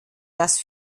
das